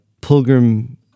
pilgrim